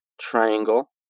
triangle